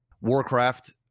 Warcraft